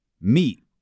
meet